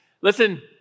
Listen